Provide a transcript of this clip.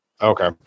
Okay